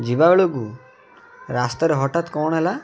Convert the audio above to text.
ଯିବା ବେଳକୁ ରାସ୍ତାରେ ହଠାତ୍ କ'ଣ ହେଲା